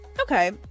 Okay